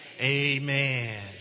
Amen